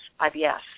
IBS